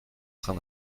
train